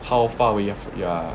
how far we have ya